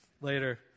later